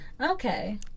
Okay